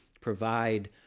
provide